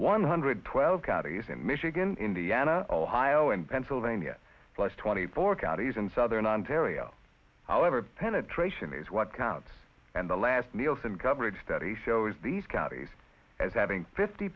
one hundred twelve counties in michigan indiana ohio and pennsylvania plus twenty four counties in southern ontario however penetration is what counts and the last nielsen coverage study shows these counties as having fifty